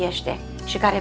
yesterday she got